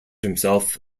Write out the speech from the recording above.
himself